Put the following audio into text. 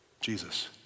Jesus